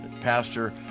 Pastor